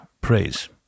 praise